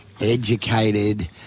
educated